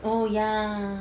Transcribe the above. oh ya